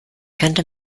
könnte